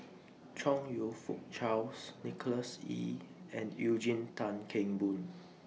Chong YOU Fook Charles Nicholas Ee and Eugene Tan Kheng Boon